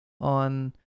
on